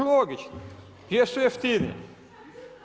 Logično, jer su jeftiniji.